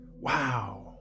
wow